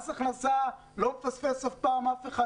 מס הכנסה עדיין לא פספס אף אחד,